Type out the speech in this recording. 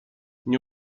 nie